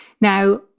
now